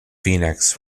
phoenix